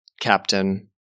captain